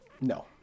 No